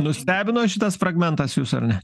nustebino šitas fragmentas jus ar ne